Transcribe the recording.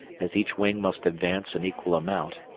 as each wing must advance an equal amount,